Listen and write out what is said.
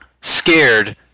scared